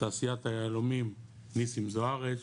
תעשיית היהלומים ניסים זוארץ,